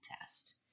test